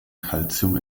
calcium